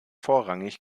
vorrangig